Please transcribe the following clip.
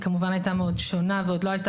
היא כמובן הייתה מאוד שונה ועוד לא הייתה